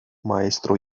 maestro